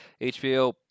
HBO